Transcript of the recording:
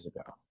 ago